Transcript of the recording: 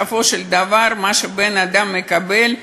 בסופו של דבר מה שהבן-אדם מקבל,